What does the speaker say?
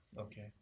Okay